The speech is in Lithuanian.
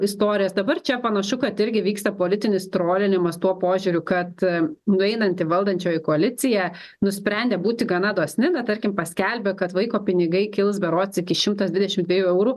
istorijas dabar čia panašu kad irgi vyksta politinis trolinimas tuo požiūriu kad nueinanti valdančioji koalicija nusprendė būti gana dosni na tarkim paskelbė kad vaiko pinigai kils berods iki šimtas dvidešim dviejų eurų